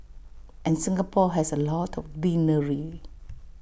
and Singapore has A lot of greenery